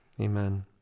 amen